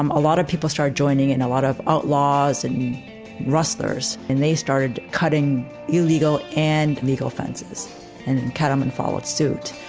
um a lot of people start joining and a lot of outlaws and rustlers, and they started cutting illegal and legal fences and and cattlemen followed suit.